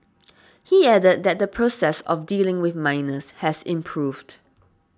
he added that the process of dealing with minors has improved